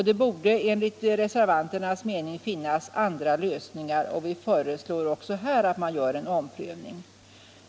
Det borde enligt reservanternas mening finnas andra lösningar. Vi föreslår också här en omprövning.